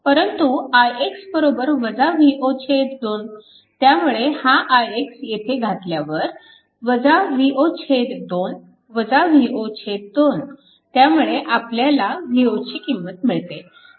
परंतु ix V0 2 त्यामुळे हा ix येथे घातल्यावर V02 V0 2 त्यामुळे आपल्याला V0 ची किंमत मिळते